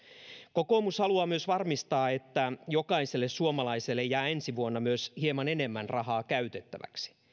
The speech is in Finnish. kokoomus haluaa myös varmistaa että jokaiselle suomalaiselle myös jää ensi vuonna hieman enemmän rahaa käytettäväksi